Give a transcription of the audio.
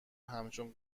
همچون